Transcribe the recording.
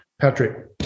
Patrick